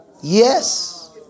Yes